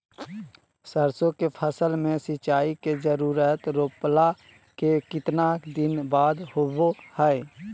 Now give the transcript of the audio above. सरसों के फसल में सिंचाई के जरूरत रोपला के कितना दिन बाद होबो हय?